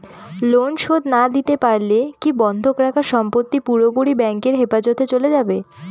Loan শোধ না দিতে পারলে কি বন্ধক রাখা সম্পত্তি পুরোপুরি ব্যাংকের হেফাজতে চলে যাবে?